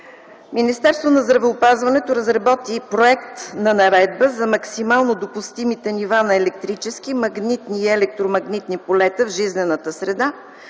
Министерството на здравеопазването разработи проект на Наредба за максимално допустимите нива на електрически, магнитни и електромагнитни полета в жизнената среда,